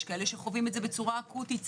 יש כאלה שחווים את זה בצורה אקוטית,